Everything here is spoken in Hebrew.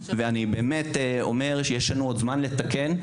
אני באמת אומר שיש לנו עוד זמן לתקן,